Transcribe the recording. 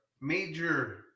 major